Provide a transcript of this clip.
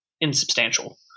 insubstantial